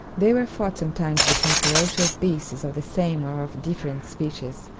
they were fought sometimes between ferocious beasts of the same or of different species,